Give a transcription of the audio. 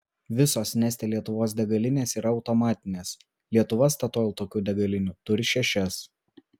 visos neste lietuvos degalinės yra automatinės lietuva statoil tokių degalinių turi šešias